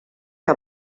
que